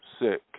sick